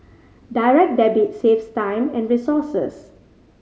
Direct Debit saves time and resources